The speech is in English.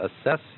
assess